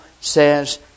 says